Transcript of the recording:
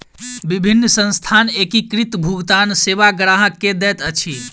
विभिन्न संस्थान एकीकृत भुगतान सेवा ग्राहक के दैत अछि